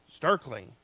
Starkling